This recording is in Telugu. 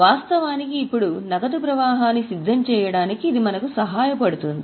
వాస్తవానికి ఇప్పుడు నగదు ప్రవాహాన్ని సిద్ధం చేయడానికి ఇది మనకు సహాయపడుతుంది